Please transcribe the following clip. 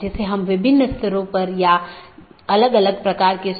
जिसके माध्यम से AS hops लेता है